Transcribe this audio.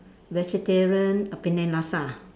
vegetarian a Penang laksa